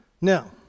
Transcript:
Now